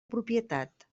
propietat